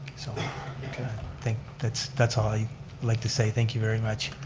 so like think that's that's all i'd like to say. thank you very much.